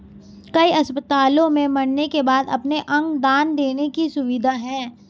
कई अस्पतालों में मरने के बाद अपने अंग दान देने की सुविधा है